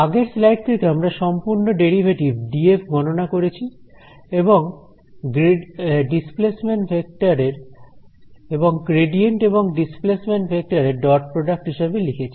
আগের স্লাইড থেকে আমরা সম্পূর্ণ ডেরিভেটিভ ডি এফ গণনা করেছি এবং গ্রেডিয়েন্ট এবং ডিসপ্লেসমেন্ট ভেক্টরের ডট প্রডাক্ট হিসেবে লিখেছি